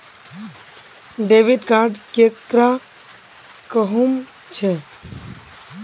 Debit card केकरा कहुम छे?